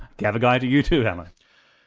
gavagai to you too, alan.